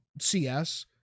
cs